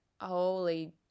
holy